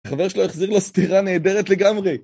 חבר שלו החזיר לו סתירה נהדרת לגמרי